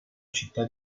città